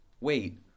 wait